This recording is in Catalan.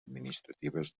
administratives